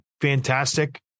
fantastic